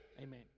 Amen